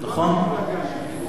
הוא לא מהמפלגה שלי,